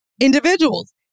individuals